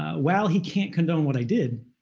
ah while he can't condone what i did,